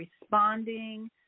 responding